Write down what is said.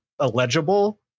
illegible